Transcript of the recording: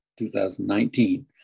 2019